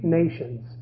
nations